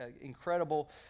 incredible